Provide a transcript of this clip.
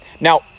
Now